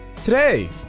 Today